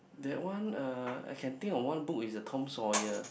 that one uh I can think of one book is the Tom-Sawyer